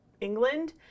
England